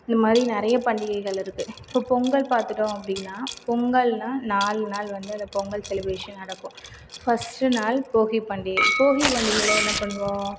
இந்த மாதிரி நிறைய பண்டிகைகள் இருக்குது இப்போ பொங்கல் பார்த்துட்டோம் அப்படின்னா பொங்கல்னால் நாலு நாள் வந்து அந்த பொங்கல் செலிபிரேஷன் நடக்கும் ஃபர்ஸ்ட் நாள் போகி பண்டிகை போகி பண்டிகையில் என்ன பண்ணுவோம்